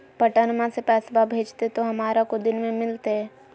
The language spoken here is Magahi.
पटनमा से पैसबा भेजते तो हमारा को दिन मे मिलते?